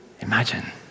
Imagine